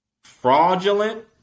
fraudulent